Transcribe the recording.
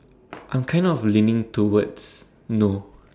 I'm kind of leaning towards no